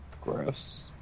gross